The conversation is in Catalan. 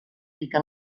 rica